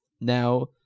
Now